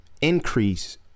increase